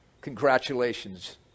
Congratulations